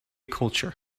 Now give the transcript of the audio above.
culture